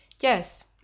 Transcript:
Yes